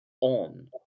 on